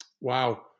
Wow